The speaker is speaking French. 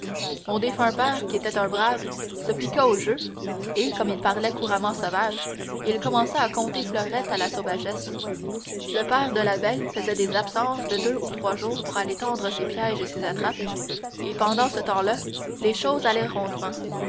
mon défunt père qui était un brave se piqua au jeu et comme il parlait couramment sauvage il commença à conter fleurette à la sauvagesse le père de la belle faisait des absences de deux ou trois jours pour aller tendre ses pièges et ses attrapes et pendant ce temps-là les choses allaient rondement